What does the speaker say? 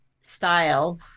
style